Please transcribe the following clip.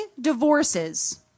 divorces